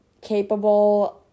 capable